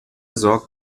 sorgt